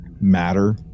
matter